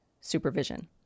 supervision